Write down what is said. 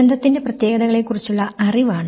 ദുരന്തത്തിന്റെ പ്രത്യേകതകളെക്കുറിച്ചുള്ള അറിവാണ്